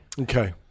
Okay